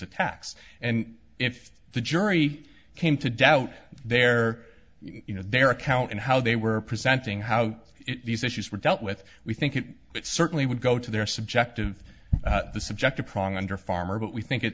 attacks and if the jury came to doubt their you know their account and how they were presenting how these issues were dealt with we think it certainly would go to their subjective subjective prodding under farmer but we think it